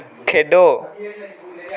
खेढो